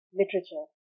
literature